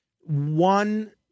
one